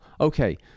Okay